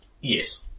Yes